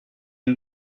une